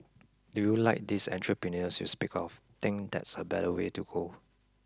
do you like these entrepreneurs you speak of think that's a better way to go